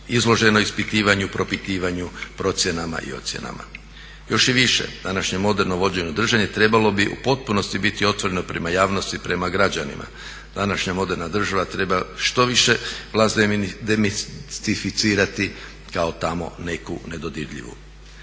izloženo ispitivanju, propitivanju, procjenama i ocjenama. Još i više, današnje moderno vođenje … trebalo bi u potpunosti biti otvoreno prema javnosti i prema građanima. Današnja moderna država treba što više vlast demistificirati kao tamo neku nedodirljivu.